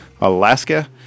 Alaska